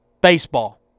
Baseball